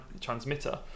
transmitter